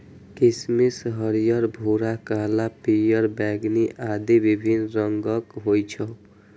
किशमिश हरियर, भूरा, काला, पीयर, बैंगनी आदि विभिन्न रंगक होइ छै